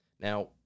Now